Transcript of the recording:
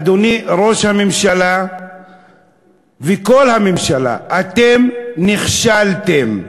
אדוני ראש הממשלה וכל הממשלה, אתם נכשלתם.